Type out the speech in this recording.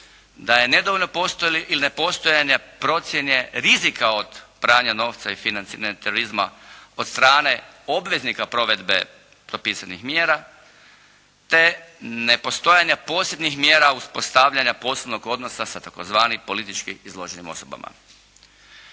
Da je nedovoljno postojanje ili nepostojanje procjene rizika od pranja novca i financiranje terorizma od strane obveznika provedbe propisanih mjera te nepostojanje posebnih mjera uspostavljanja posebnog odnosa sa tzv. politički izloženim osobama.